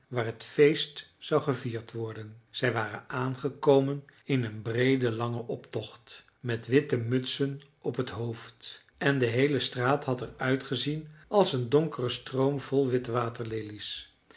waar het feest zou gevierd worden zij waren aangekomen in een breeden langen optocht met witte mutsen op het hoofd en de heele straat had er uitgezien als een donkere stroom vol witte waterlelies